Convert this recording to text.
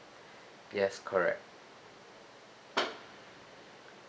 yes correct